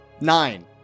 Nine